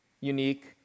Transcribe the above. unique